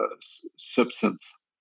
substance